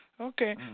Okay